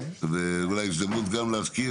זוהי ההזדמנות להזכיר